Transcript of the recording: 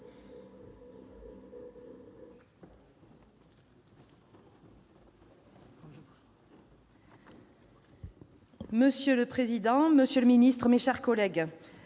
Monsieur le président, monsieur le ministre, mes chers collègues,